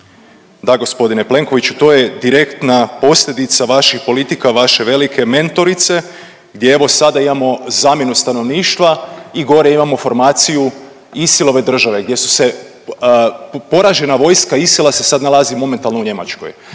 Da, gospodine Plenkoviću to je direktna posljedica vaših politika, vaše velike mentorice gdje evo sada imamo zamjenu stanovništva i gore imaju formaciju ISIL-ove države gdje se poražena vojska ISIL-a se sad nalazi momentalno u Njemačkoj.